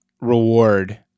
reward